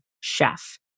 chef